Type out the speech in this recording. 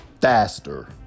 faster